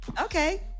Okay